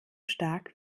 stark